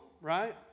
right